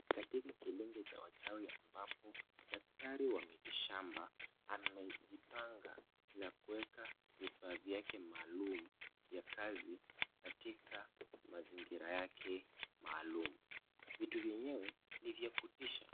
Katika kilinge cha wachawi ambapo daktari wa mitishamba amejipanga na kuweka vifaa vyake maalum vya kazi katika mazingira yake maalum. Vitu vyenyewe ni vya kutisha.